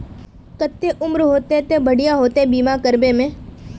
केते उम्र होते ते बढ़िया होते बीमा करबे में?